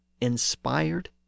inspired